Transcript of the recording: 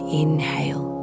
inhale